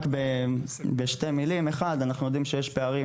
רק בשתי מילים, אחת, אנחנו יודעים שיש פערים.